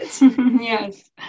Yes